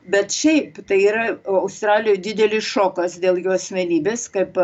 bet šiaip tai yra australijoj didelis šokas dėl jo asmenybės kaip